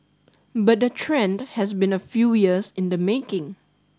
but the trend has been a few years in the making